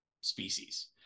species